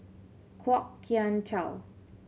Kwok Kian Chow